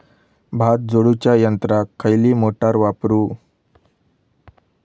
भात झोडूच्या यंत्राक खयली मोटार वापरू?